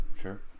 Sure